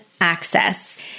access